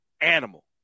animal